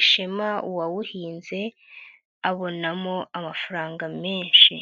ishema uwawuhinze, abonamo amafaranga menshi.